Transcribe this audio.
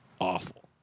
awful